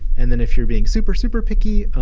and then if you're being super, super picky,